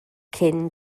cyn